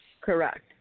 Correct